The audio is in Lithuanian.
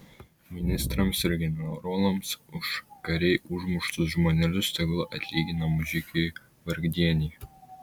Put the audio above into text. ministrams ir generolams už karėj užmuštus žmonelius tegul atlygina mužikai vargdieniai